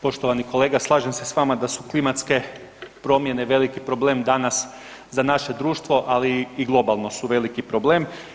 Poštovani kolega, slažem se s vama da su klimatske promjene veliki problem danas, za naše društvo, ali i globalno su veliki problem.